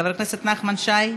חבר הכנסת נחמן שי,